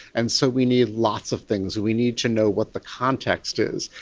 and so we need lots of things, we need to know what the context is,